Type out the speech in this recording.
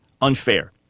unfair